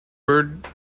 bird